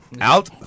Out